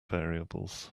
variables